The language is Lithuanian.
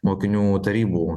mokinių tarybų